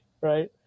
Right